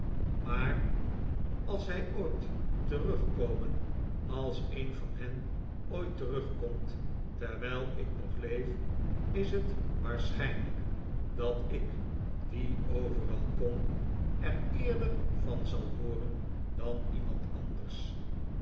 maar als zij ooit terugkomen als een van hen ooit terugkomt terwijl ik nog leef is het waarschijn lijk dat ik die overal kom er eerder van zal hooren dan iemand anders